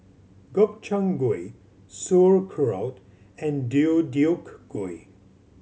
Gobchang Gui Sauerkraut and Deodeok Gui